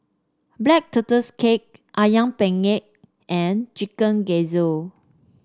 Black Tortoise Cake ayam penyet and Chicken Gizzard